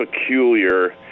peculiar